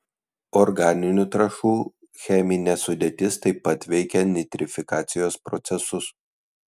organinių trąšų cheminė sudėtis taip pat veikia nitrifikacijos procesus